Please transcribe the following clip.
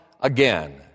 again